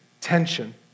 tension